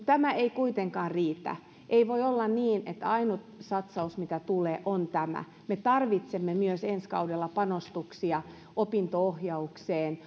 tämä ei kuitenkaan riitä ei voi olla niin että ainut satsaus mikä tulee on tämä me tarvitsemme myös ensi kaudella panostuksia opinto ohjaukseen